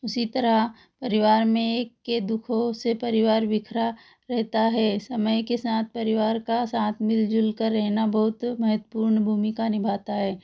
उसी तरह परिवार में एक के दुखों से परिवार बिखरा रहता है समय के साथ परिवार का साथ मिल जुल कर रहना बहुत महत्वपूर्ण भूमिका निभाता है